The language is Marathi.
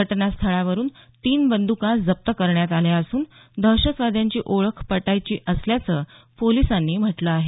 घटनास्थळावरून तीन बंद्का जप्प करण्यात आल्या असून दहशतवाद्यांची ओळख पटायची असल्याचं पोलिसांनी म्हटलं आहे